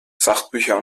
sachbücher